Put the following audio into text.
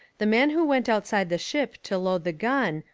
the man who went outside the ship to load the gun,